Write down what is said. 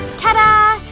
ta dah!